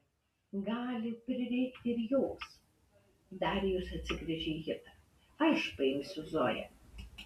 gali prireikti ir jos darijus atsigręžė į hitą aš paimsiu zoją